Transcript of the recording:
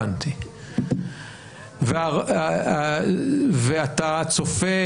אתה צופה